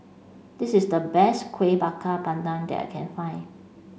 this is the best Kuih Bakar Pandan that I can find